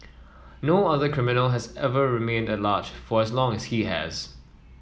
no other criminal has ever remained at large for as long as he has